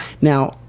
Now